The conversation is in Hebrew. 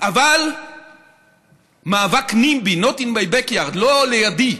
אבל מאבק NIMBY, Not In My Back Yard, לא לידי,